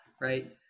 right